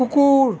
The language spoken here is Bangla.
কুকুর